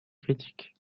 critiques